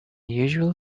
usual